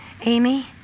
Amy